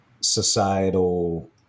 societal